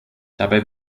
dabei